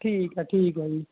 ਠੀਕ ਆ ਠੀਕ ਆ ਜੀ